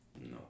no